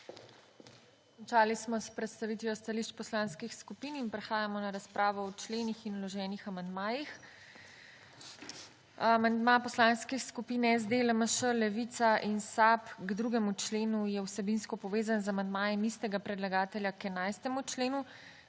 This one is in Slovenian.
Končali smo s predstavitvijo stališč poslanskih skupin. Prehajamo na razpravo o členih in vloženih amandmajih. Amandma Poslanske skupine SD, LMŠ, Levica in SAB k 2. členu je vsebinsko povezan z amandmajem istega predlagatelja k 11. členu,